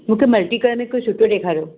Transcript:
मूंखे मल्टीकलर में कुझु सुठो ॾेखारियो